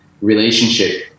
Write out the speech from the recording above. relationship